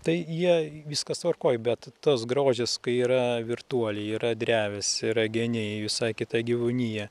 tai jie viskas tvarkoj bet tas grožis kai yra virtuoliai yra drevės yra geniai visai kita gyvūnija